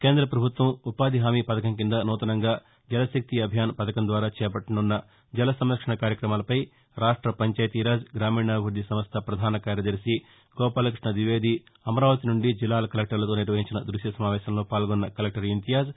కేంద్ర ప్రభుత్వం ఉపాధి హామీ పథకం కింద నూతనంగా జలశక్తి అభియాన్ పథకం ద్వారా చేపట్టనున్న జల సంరక్షణ కార్యకమాలపై రాష్ట్ర పంచాయతీరాజ్ గ్రామీణాభిపృద్ది సంస్ట ప్రధాన కార్యదర్శి గోపాలకృష్ణ ద్వివేది అమరావతి నుండి జిల్లా కలెక్టర్లతో నిర్వహించిన దృశ్య సమావేశంలో పాల్గొన్న కలెక్టర్ ఇంతియాజ్